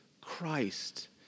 Christ